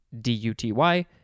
D-U-T-Y